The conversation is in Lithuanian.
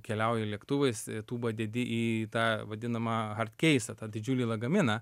keliauji lėktuvais tūbą dedi į tą vadinamą hard keisą tą didžiulį lagaminą